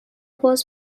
باز